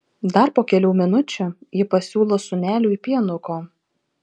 dar po kelių minučių ji pasiūlo sūneliui pienuko